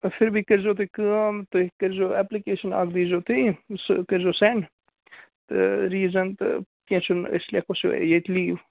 پھر بھی کٔرِزیٚو تُہۍ کٲم تُہۍ کٔرۍ زیٚو اٮ۪پلِکیشَن اَکھ دی زیٚو تُہۍ کٔرۍ زیٚو سیٚنٛڈ تہٕ ریٖزَن تہٕ کیٚنہہ چھُنہٕ أسۍ لیٚکھَو ییٚتہِ لیٖو